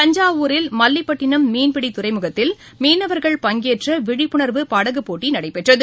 தஞ்சாவூரில் மல்லிப்பட்டினம் மீன்பிடிதுறைமுகத்தில் மீனவர்கள் பங்கேற்றவிழிப்புணர்வு படகுபோட்டிநடைபெற்றது